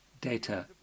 data